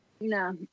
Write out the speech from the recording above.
no